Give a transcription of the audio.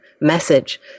message